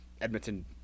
Edmonton –